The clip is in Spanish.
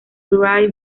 ray